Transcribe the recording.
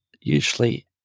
usually